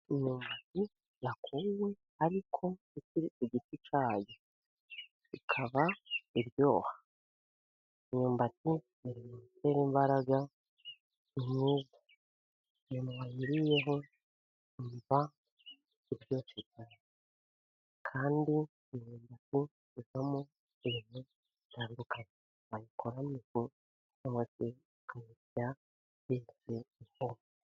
Imyumbati yakuwe ariko ikiri ku giti cyayo ikaba iryoha imyumbati iri mu bitera imbaraga ni myiza umuntu wayiriyeho yumva iryoshye cyane. kandi imyumbati ivamo ibintu bitandukanye. Bayikoramo ifu ...